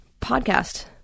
podcast